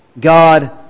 God